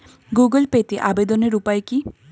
Google পেতে আবেদনের উপায় কি?